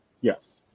Yes